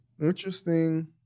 Interesting